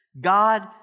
God